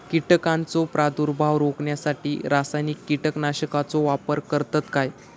कीटकांचो प्रादुर्भाव रोखण्यासाठी रासायनिक कीटकनाशकाचो वापर करतत काय?